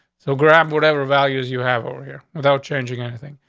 so grab whatever values you have over here without changing anything,